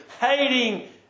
hating